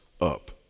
up